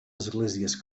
esglésies